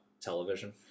television